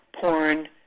porn